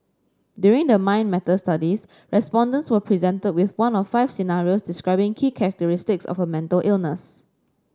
during the Mind Matters studies respondents were presented with one of five scenarios describing key characteristics of a mental illness